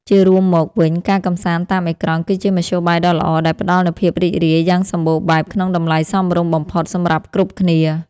ជារួមមកវិញការកម្សាន្តតាមអេក្រង់គឺជាមធ្យោបាយដ៏ល្អដែលផ្ដល់នូវភាពរីករាយយ៉ាងសម្បូរបែបក្នុងតម្លៃសមរម្យបំផុតសម្រាប់គ្រប់គ្នា។